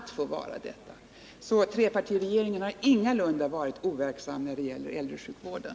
Trepartiregeringen har alltså ingalunda varit overksam när det gäller äldresjukvården.